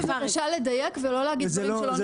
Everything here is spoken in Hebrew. אז רק בבקשה לדייק ולא להגיד דברים שלא כתובים בסעיף.